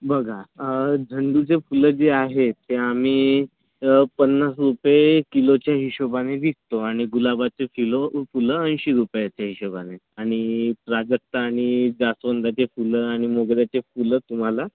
बघा झेंडूचे फुलं जे आहेत ते आम्ही पन्नास रूपये किलोच्या हिशेबाने विकतो आणि गुलाबाचे किलो फुलं ऐंशी रुपयाच्या हिशेबाने आणि प्राजक्त आणि जास्वंदाचे फुलं आणि मोगऱ्याचे फुलं तुम्हाला